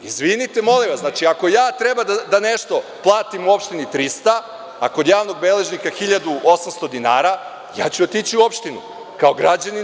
Izvinite molim vas, ako ja treba da nešto platim u opštini trista dinara, a kod javnog beležnika 1.800 dinara, ja ću otići u opštinu kao građanin.